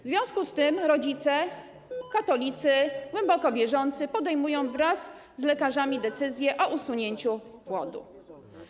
W związku z tym rodzice - katolicy, głęboko wierzący - podejmują wraz z lekarzami decyzję o usunięciu płodu.